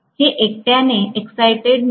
हे एकट्याने एक्सायटेड नाही